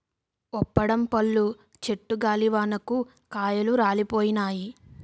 బప్పడం పళ్ళు చెట్టు గాలివానకు కాయలు రాలిపోయినాయి